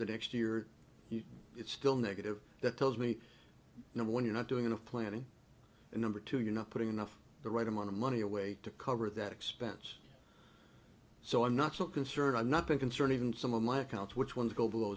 the next year it's still negative that tells me you know when you're not doing enough planning and number two you're not putting enough the right amount of money away to cover that expense so i'm not so concerned i'm not going concern even some of my accounts which ones go below